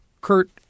Kurt